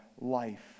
life